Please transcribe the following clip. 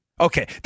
Okay